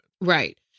Right